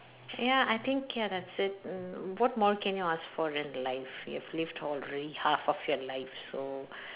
ya I think ya that's it uh what more can you ask for in life you have lived already half of your life so